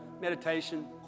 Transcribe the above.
meditation